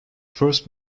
first